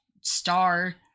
star